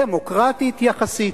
דמוקרטית יחסית,